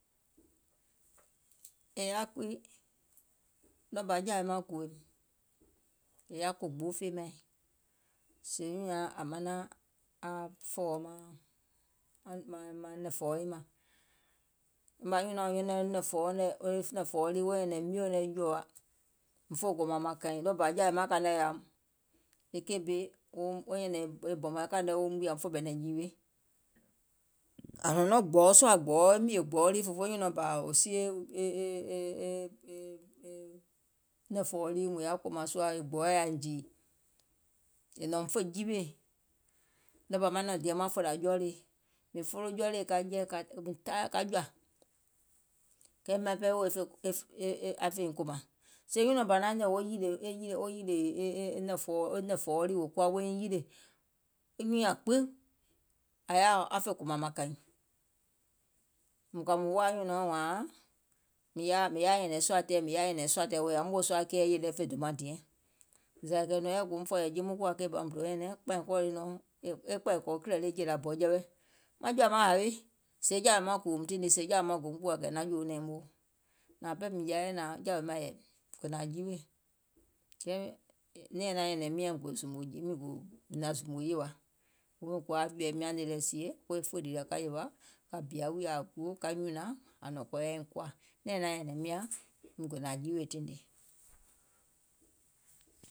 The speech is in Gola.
È yaȧ kuii, ɗɔɔ bȧ jȧwè maŋ kùwòìm, è yaȧ ko gboo fèemȧiŋ, nyùùŋ nyaŋ manaŋ aŋ fɔ̀ɔ̀wɔ̀ nɛ̀ŋ fɔ̀ɔ̀wɔ nyiŋ mȧŋ, ɗɔɔ bȧ nyùnɔ̀ɔŋ nyɛnɛŋ nɔŋ nɛ̀ŋ fɔ̀ɔ̀wɔuŋ nɛ̀ nɛ̀ŋ fɔ̀ɔ̀wɔ lii wo nyɛ̀nɛ̀ŋ mièuŋ nɛɛ̀ŋ jòwȧ muŋ fè kòmȧŋ kaìŋ ɗɔɔ bȧ kȧìŋ nɛ jȧwè maŋ yȧùm, e keì bi e nyɛ̀nɛŋ e bɔ̀mɔ̀ɛŋ eum wùyȧ fè ɓɛ̀nɛ̀ŋ jìwie, ȧŋ nɔ̀ŋ nɔŋ gbɔ̀ɔ̀ɔ sùà mìè gbɔ̀ɔ̀ɔ lii fòfoo nyùnɔ̀ɔŋ bȧ wò sie e nɛ̀ŋ fɔ̀ɔ̀wɔ lii mùŋ yaȧ kòmȧŋ sùȧ e gbɔ̀ɔ̀ɛ yaȧ dìì muŋ fè jiwiè, ɗɔɔ bȧ maiŋ nɔ̀ŋ diɛŋ maŋ fòlȧ jɔɔlèe, mìŋ folo jɔɔlèe ka jɛi ka jɛi mìŋ tire ka jɔ̀ȧ, kɛɛ maiŋ pɛɛ woò aŋ fèiŋ kòmȧŋ, sèè wo nyùnɔ̀ɔŋ bȧ naŋ yìlè e nɛ̀ŋ fɔ̀ɔ̀wɔ lii wò kuwa woiŋ yilè anyùùŋ gbiŋ ȧŋ yaȧo aŋ fè kòmȧŋ mȧŋ kàìŋ, mùŋ kɔ̀ȧ woȧ nyùnɔ̀ɔŋ wȧȧŋ, mìŋ yaȧ nyɛ̀nɛ̀ŋ sùȧ tɛɛ̀ mìŋ yaȧ nyɛ̀nɛ̀ŋ sùȧ tɛɛ̀ wò yàùm wòo sùȧ keìɛ fè domaŋ diɛŋ, zȧ sèè è nɔ̀ŋ yɛi e gòum fɔ̀ɔ̀yɛ̀ jii tiŋ zȧ muŋ kuwȧ keì bà mùŋ do nyɛ̀nɛ̀ŋ, kpɛ̀ɛ̀ŋ kɔɔ le nɔŋ, e kpɛ̀ɛ̀ŋ kɔ̀ɔ̀ kìlɛ̀ le e jèlȧ bɔ jɛwɛ, maŋ jɔ̀ȧ maŋ hawe, sèè jȧwè maŋ kùwòùm tiŋ nii sèè jȧwè maŋ gòum kùwȧ è naŋ jòò nɛ̀ɛ̀ŋ moo. Nȧȧŋ pɛɛ jaa yɛi nȧaŋ jȧwè maŋ yȧìm, gò nȧaŋ jiwiè, kɛɛ nɛ̀ɛŋ naŋ nyɛ̀nɛ̀ŋ miȧŋ gò zùmò jì mìŋ naŋ zùmò yèwa, fòfoo mìŋ kuwa aŋ jìɛ̀im nyȧŋ nìì lɛ sie fòì nìlìɔ ka yèwȧ ka bìȧ wùìyè wèè aŋ guò ka nyùnȧŋ ȧŋ kɔɔyɛ ain koȧ, e nɛ̀ɛŋ naŋ nyɛ̀nɛŋ miȧŋ gò nȧaŋ jiwièɛ tiŋ nii.